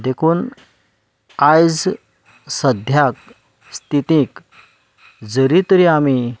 देखून आयज सद्याक स्थितींक जरी तरी आमीं